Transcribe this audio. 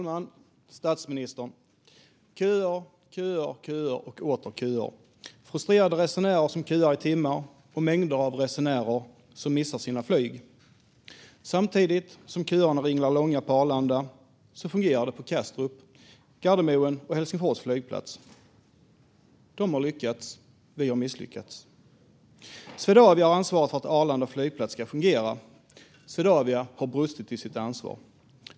Fru talman! Det är köer och åter köer. Det är frustrerade resenärer som köar i timmar och mängder av resenärer som missar sina flyg. Samtidigt som köerna ringlar långa på Arlanda fungerar det på Kastrup, Gardermoen och Helsingfors flygplats. De har lyckats, vi har misslyckats. Swedavia har ansvaret för att Arlanda flygplats ska fungera. Swedavia har brustit i sitt ansvar.